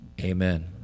amen